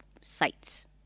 sites